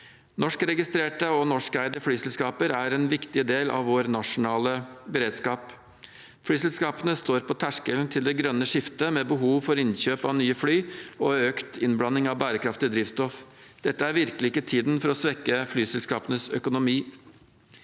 Norskregistrerte og norskeide flyselskaper er en viktig del av vår nasjonale beredskap. Flyselskapene står på terskelen til det grønne skiftet med behov for innkjøp av nye fly og økt innblanding av bærekraftig drivstoff. Dette er virkelig ikke tiden for å svekke flyselskapenes økonomi.